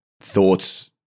thoughts